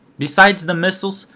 besides the missiles,